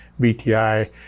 BTI